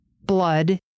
blood